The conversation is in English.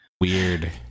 Weird